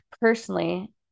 personally